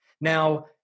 Now